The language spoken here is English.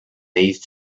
these